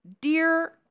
dear